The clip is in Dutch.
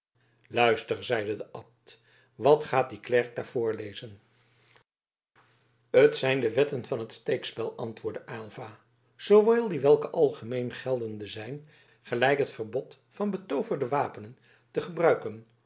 luister zeide de abt wat gaat die klerk daar voorlezen het zijn de wetten van het steekspel antwoordde aylva zoowel die welke algemeen geldende zijn gelijk het verbod van betooverde wapenen te gebruiken